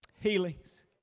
Healings